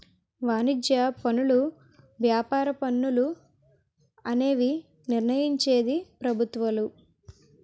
వాణిజ్య పనులు వ్యాపార పన్నులు అనేవి నిర్ణయించేది ప్రభుత్వాలు